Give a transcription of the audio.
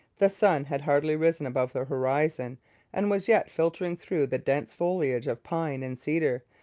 the sun had hardly risen above the horizon and was yet filtering through the dense foliage of pine and cedar,